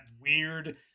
weird